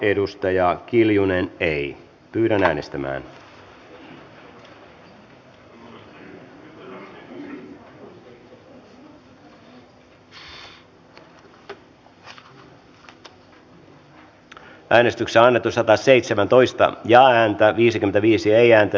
anneli kiljunen on kristiina salosen kannattamana ehdottanut että pykälä hyväksytään vastalauseen mukaisena